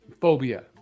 phobia